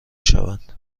شوند